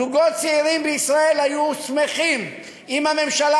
זוגות צעירים בישראל היו שמחים אם הממשלה